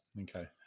Okay